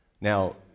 Now